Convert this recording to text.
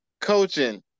Coaching